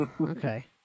Okay